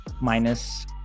minus